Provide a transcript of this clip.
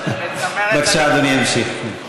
בבקשה, אדוני ימשיך.